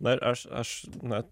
dar aš aš na